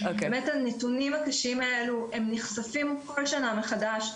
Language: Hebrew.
הנתונים הקשים האלו הם נחשפים כל שנה מחדש,